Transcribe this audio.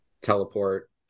teleport